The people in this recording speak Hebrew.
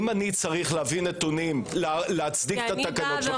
אם אני צריך להביא נתונים להצדיק את התקנות שלכם,